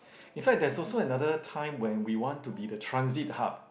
if I there's also another time when we want to be the transit hub